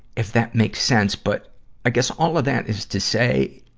if that makes sense, but i guess all of that is to say,